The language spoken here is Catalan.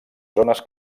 zones